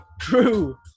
True